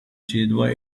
suédois